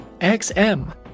XM